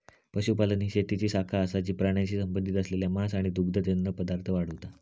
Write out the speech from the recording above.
पशुपालन ही शेतीची शाखा असा जी प्राण्यांशी संबंधित असलेला मांस आणि दुग्धजन्य पदार्थ वाढवता